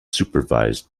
supervised